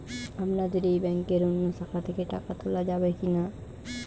আপনাদের এই ব্যাংকের অন্য শাখা থেকে টাকা তোলা যাবে কি না?